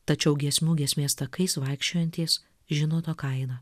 tačiau giesmių giesmės takais vaikščiojantys žino to kainą